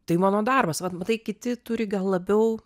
tai mano darbas vat matai kiti turi gal labiau